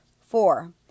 Four